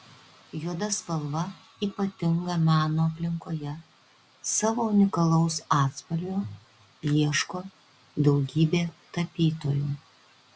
juoda spalva ypatinga meno aplinkoje savo unikalaus atspalvio ieško daugybė tapytojų